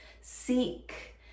seek